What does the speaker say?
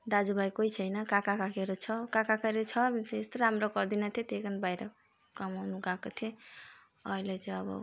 दाजुभाइ कोई छैन काकाकाकीहरू छ काकाकाकीहरू छ अब फेरि यस्तो राम्रो गर्दैन्थ्यो त्यही भएर बाहिर कमाउनु गएको थिएँ अहिले चाहिँ अब